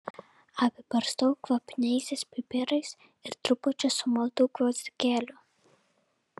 apibarstau kvapniaisiais pipirais ir trupučiu sumaltų gvazdikėlių